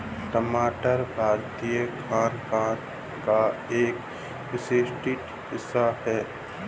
टमाटर भारतीय खानपान का एक विशिष्ट हिस्सा है